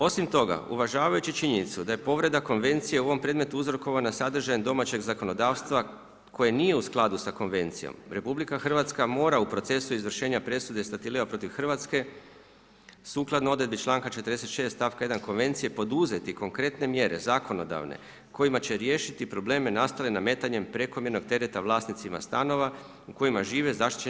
Osim toga uvažavajući činjenicu da je povreda konvencije u ovom predmetu uzrokovana sadržajem domaćeg zakonodavstva koje nije u skladu sa Konvencijom, RH mora u procesu izvršenja presude Statileo protiv Hrvatske sukladno odredbi članka 46. stavka 1. Konvencije poduzeti konkretne mjere zakonodavne kojima će riješiti probleme nastale nametanjem prekomjernog tereta vlasnicima stanova u kojima žive zaštićeni